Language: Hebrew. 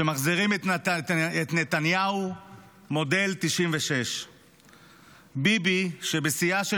שמחזירים את נתניהו מודל 1996. ביבי שבשיאה של